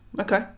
Okay